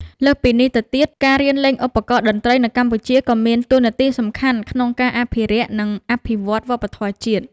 លើសពីនេះទៅទៀត ការរៀនលេងឧបករណ៍តន្ត្រីនៅកម្ពុជាក៏មានតួនាទីសំខាន់ក្នុងការអភិរក្ស និងអភិវឌ្ឍវប្បធម៌ជាតិ។